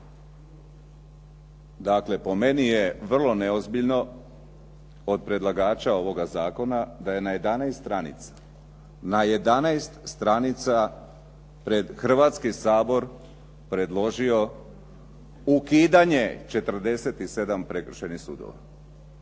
Dakle, po meni je vrlo neozbiljno od predlagača ovoga zakona da je na 11 stranica, na 11 stranica pred Hrvatski sabor predložio ukidanje 47 prekršajnih sudova.